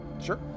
Sure